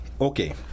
Okay